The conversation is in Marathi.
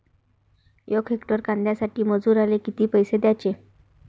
यक हेक्टर कांद्यासाठी मजूराले किती पैसे द्याचे?